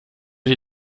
die